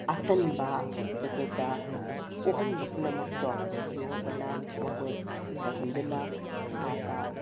ꯑꯇꯟꯕ ꯑꯩꯈꯣꯏꯗ ꯄꯣꯛꯍꯟꯕ ꯄꯨꯝꯅꯃꯛꯇꯣ ꯌꯣꯒꯅ ꯋꯦꯠ ꯍꯟꯊꯍꯟꯗꯨꯅ ꯏꯁꯥꯗ